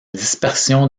dispersion